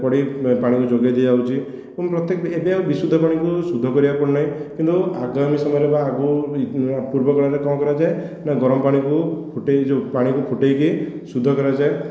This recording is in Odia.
ପଡ଼ି ପାଣି ଯୋଗେଇ ଦିଆଯାଉଛି ଏବଂ ପ୍ରତ୍ୟେକ ଏବେ ଆଉ ବିଶୁଦ୍ଧ ପାଣିକୁ ଶୁଦ୍ଧ କରିବାକୁ ପଡ଼ୁନାହିଁ କିନ୍ତୁ ଆଗାମୀ ସମୟରେ ବା ଆଗକୁ ପୂର୍ବ କାଳରେ କ'ଣ କରାଯାଏ ନା ଗରମ ପାଣିକୁ ଫୁଟେଇକି ଯେଉଁ ପାଣିକୁ ଫୁଟେଇକି ଶୁଦ୍ଧ କରାଯାଏ